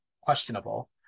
questionable